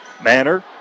Manner